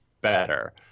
better